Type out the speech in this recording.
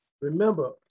Remember